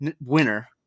winner